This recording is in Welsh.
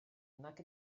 nac